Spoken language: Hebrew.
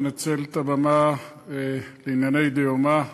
מנצל את הבמה לענייני דיומא,